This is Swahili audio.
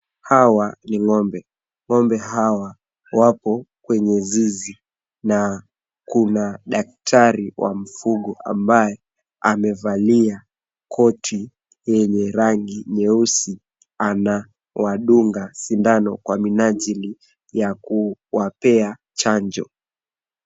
Hawa ni ng'ombe.Ng'ombe hawa wako kwenye zizi na kuna daktari wa mifugo ambaye amevalia koti yenye rangi nyeusi anawadunga sindano kwa minajili ya kuwapea chanjo.